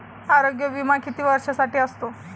आरोग्य विमा किती वर्षांसाठी असतो?